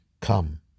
Come